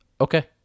Okay